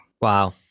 Wow